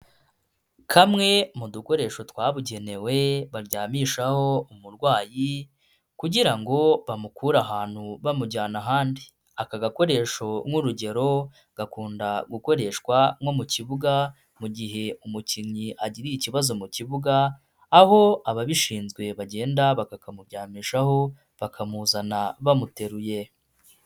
Kamwe mu dukoresho twabugenewe baryamishaho umurwayi, kugira ngo bamukure ahantu bamujyana ahandi, aka gakoresho nk'urugero gakunda gukoreshwa nko mu kibuga, mu gihe umukinnyi agiriye ikibazo mu kibuga, aho ababishinzwe bagenda bakakamuryamishaho bakamuzana bamuteruye.